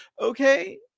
Okay